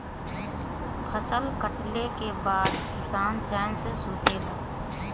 फसल कटले के बाद किसान चैन से सुतेला